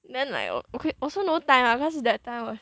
then like okay also no time lah cause that time was